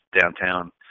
downtown